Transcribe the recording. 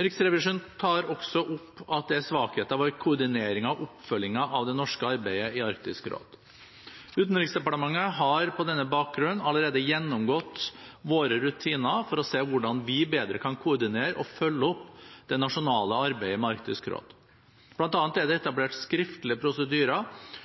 Riksrevisjonen tar også opp at det er svakheter ved koordineringen og oppfølgingen av det norske arbeidet i Arktisk råd. Utenriksdepartementet har på denne bakgrunn allerede gjennomgått våre rutiner for å se hvordan vi bedre kan koordinere og følge opp det nasjonale arbeidet med Arktisk råd. Blant annet er det etablert skriftlige prosedyrer